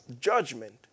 judgment